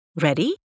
Ready